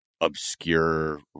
Obscure